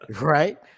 Right